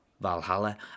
Valhalla